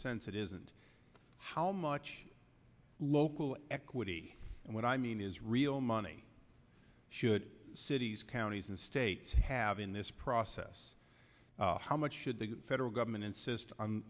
sense it isn't how much local equity and what i mean is real money should cities counties and states have in this process how much should the federal government insist on